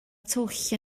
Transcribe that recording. twll